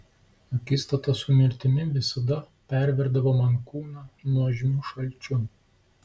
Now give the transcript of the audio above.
akistata su mirtimi visada perverdavo man kūną nuožmiu šalčiu